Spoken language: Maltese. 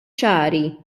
ċari